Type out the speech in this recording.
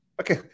Okay